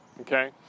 Okay